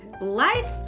life